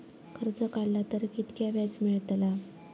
कर्ज काडला तर कीतक्या व्याज मेळतला?